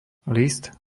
list